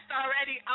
already